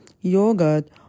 yogurt